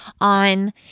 on